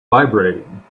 vibrating